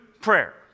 prayer